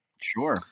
Sure